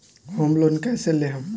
Home loan कैसे लेहम?